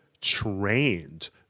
trained